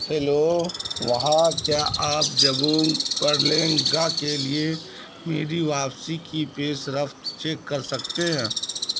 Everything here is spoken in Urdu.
ہیلو وہاں کیا آپ جبونگ پلینگا کے لیے میری واپسی کی پیش رفت چیک کر سکتے ہیں